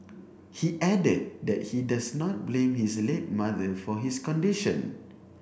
he added that he does not blame his late mother for his condition